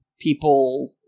people